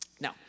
Now